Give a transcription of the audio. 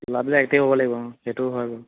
ল'ৰা বিলাক এক্টিভ হ'ব লাগিব অঁ সেইটো হয় বাৰু